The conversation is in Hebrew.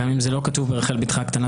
גם אם זה לא כתוב בתך הקטנה,